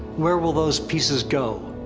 where will those pieces go?